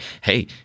hey